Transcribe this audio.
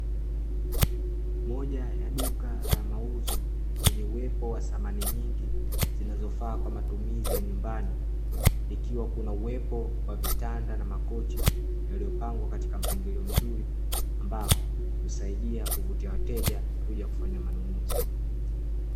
Moja ya duka la mauzo lenye uwepo wa samani nyingi zinazofaa kwa matumizi ya nyumbani, ikiwa kuna uwepo wa vitanda na makochi yaliyopangwa katika mpangilio mzuri, ambao husaidia kuvutia wateja kuja kufanya manunuzi.